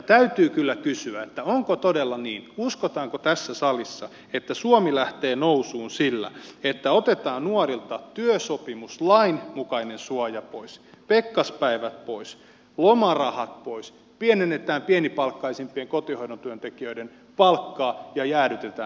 täytyy kyllä kysyä onko todella niin uskotaanko tässä salissa että suomi lähtee nousuun sillä että otetaan nuorilta työsopimuslain mukainen suoja pois pekkaspäivät pois lomarahat pois pienennetään pienipalkkaisimpien kotihoidon työntekijöiden palkkoja ja jäädytetään ne